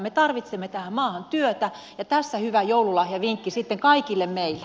me tarvitsemme tähän maahan työtä ja tässä hyvä joululahjavinkki sitten kaikille meille